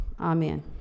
Amen